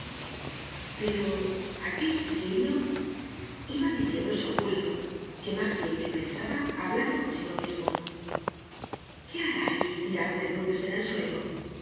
pero aquel chiquilloiba diciéndose augusto que más bien que pensaba hablaba consigo mismo qué hará allí tirado de bruces en el suelo